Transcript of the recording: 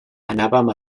anàvem